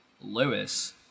Lewis